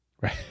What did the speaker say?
right